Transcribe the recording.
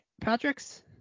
patrick's